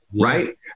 right